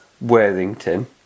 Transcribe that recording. Worthington